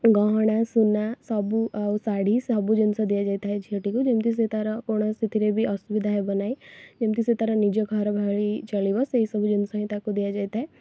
ଗହଣା ସୁନା ସବୁ ଆଉ ଶାଢ଼ୀ ସବୁ ଜିନିଷ ଦିଆଯାଇଥାଏ ଝିଅଟିକୁ ଯେମିତି ସିଏ ତାର କୌଣସିଥିରେ ବି ଅସୁବିଧା ହେବନାହିଁ ଯେମିତି ସିଏ ତାର ନିଜ ଘର ଭଳି ଚଳିବ ସେଇସବୁ ଜିନିଷ ହିଁ ତାକୁ ଦିଆଯାଇ ଥାଏ